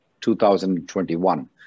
2021